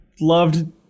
loved